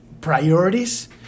priorities